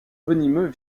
venimeux